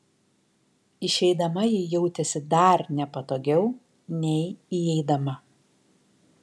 išeidama ji jautėsi dar nepatogiau nei įeidama